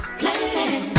plan